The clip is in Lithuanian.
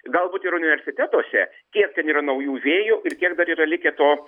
galbūt ir universitetuose kiek ten yra naujų vėjų ir kiek dar yra likę to